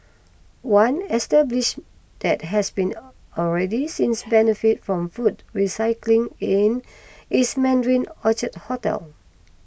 one establish that has been already since benefits from food recycling in is Mandarin Orchard hotel